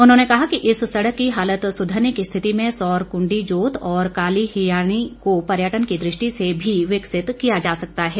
उन्होंने कहा कि इस सड़क की हालत सुधरने की स्थिति में सौर कुंडी जोत और काली हियाणी को पर्यटन की दृष्टि से भी विकसित किया जा सकता है